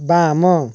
ବାମ